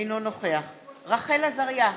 אינו נוכח רחל עזריה,